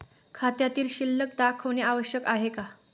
खात्यातील शिल्लक दाखवणे आवश्यक आहे का?